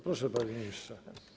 Proszę, panie ministrze.